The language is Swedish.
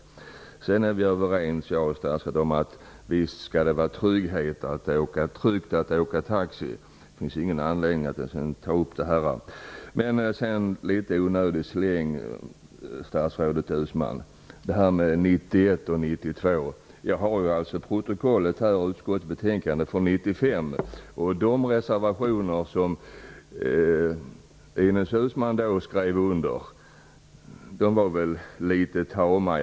Statsrådet och jag är överens om att det skall vara tryggt att åka taxi. Det finns ingen anledning att ta upp det. Det var en litet onödig släng när statsrådet Uusmann talade om 1991-1992. Jag har här utskottsbetänkandet från 1995, och de reservationer som Ines Uusmann då skrev under var väl litet tama.